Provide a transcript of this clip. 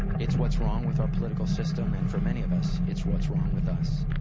it's what's wrong with our political system and for many of us, it's what's wrong with us.